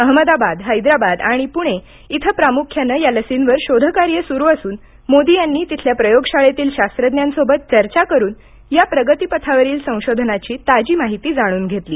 अहमदाबाद हैदराबाद आणि पुणे इथं प्रामुख्यानं या लसींवर शोधकार्य सुरु असून मोदी यांनी तिथल्या प्रयोगशाळेतील शास्त्रज्ञांसोबत चर्चा करुन या प्रगतीपथावरील संशोधनाची ताजी माहिती जाणून घेतली